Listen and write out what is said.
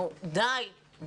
די.